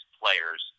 players